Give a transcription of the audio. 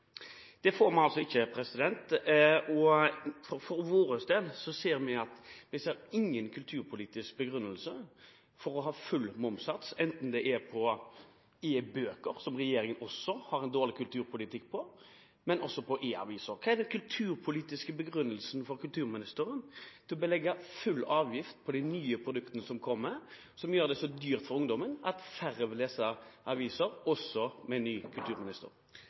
Det får vi altså ikke. For vår del ser vi ingen kulturpolitisk begrunnelse for å ha full momssats enten det er på e-bøker – som regjeringen også har en dårlig kulturpolitikk på – eller på e-aviser. Hva er kulturministerens kulturpolitiske begrunnelse for å legge full avgift på de nye produktene som kommer, som gjør det så dyrt for ungdommen at færre vil lese aviser – også med ny kulturminister?